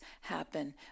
happen